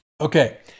Okay